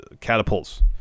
catapults